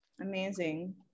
Amazing